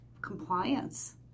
compliance